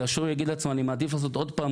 כאשר הוא יגיד לעצמו אני מעדיף לעשות עוד פעם